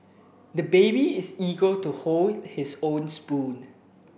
the baby is eager to hold his own spoon